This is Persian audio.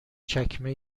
چکمه